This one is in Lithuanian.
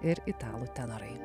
ir italų tenorai